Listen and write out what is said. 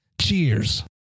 Cheers